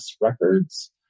records